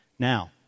Now